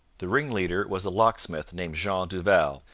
the ringleader was a locksmith named jean duval,